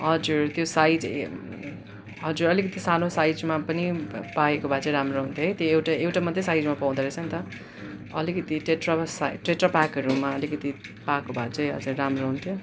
हजुर त्यो साइज हजुर अलिकति सानो साइजमा पनि पाएको भए चाहिँ राम्रो हुन्थ्यो है त्यो एउटा एउटा मात्रै साइजमा पाउँदो रहेछ नि त अलिकति टेट्रावस टेट्रा प्याकहरूमा अलिकति पाएको भए चाहिँ अझै राम्रो हुन्थ्यो